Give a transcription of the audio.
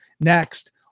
next